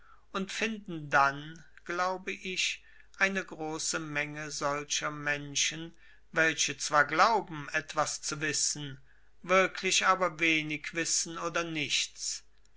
und finden dann glaube ich eine große menge solcher menschen welche zwar glauben etwas zu wissen wirklich aber wenig wissen oder nichts